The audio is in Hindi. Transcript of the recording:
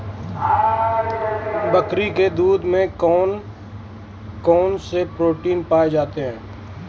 बकरी के दूध में कौन कौनसे प्रोटीन पाए जाते हैं?